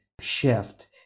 shift